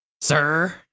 sir